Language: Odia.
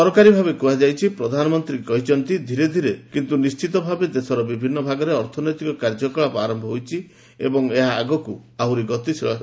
ସରକାରୀ ଭାବେ କୁହାଯାଇଛି ପ୍ରଧାନମନ୍ତ୍ରୀ ମନ୍ତ୍ରୀ କହିଛନ୍ତି ଧୀରେ ଧୀରେ କିନ୍ତୁ ନିର୍ଣ୍ଣିତ ଭାବେ ଦେଶର ବିଭିନ୍ନ ଭାଗରେ ଅର୍ଥନୈତିକ କାର୍ଯ୍ୟକଳାପ ଆରମ୍ଭ ହୋଇଛି ଏବଂ ଏହା ଆଗକୁ ଆହୁରି ଗତିଶୀଳ ହେବ